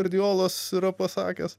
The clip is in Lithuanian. kardiolas yra pasakęs